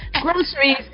Groceries